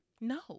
no